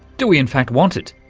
do we in fact want it?